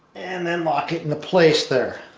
and then lock it into place there.